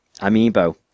Amiibo